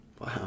Wow